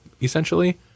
essentially